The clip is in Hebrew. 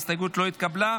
ההסתייגות לא התקבלה.